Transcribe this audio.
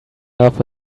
love